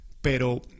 pero